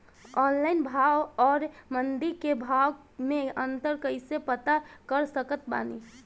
Online भाव आउर मंडी के भाव मे अंतर कैसे पता कर सकत बानी?